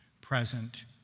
present